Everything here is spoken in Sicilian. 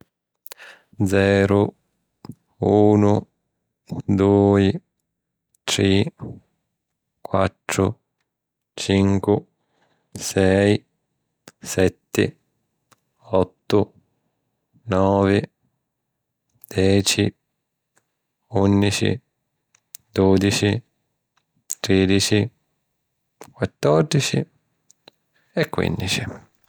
Zeru, unu, dui, tri, quattru, cincu, sei, setti, ottu, novi, deci, ùnnici, dùdici, trìdici, quattòrdici, quìnnici.